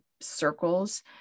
circles